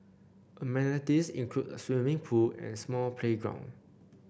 amenities include a swimming pool and small playground